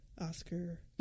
Oscar